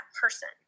person